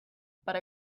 but